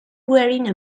wearing